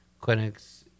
clinics